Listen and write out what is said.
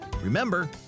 Remember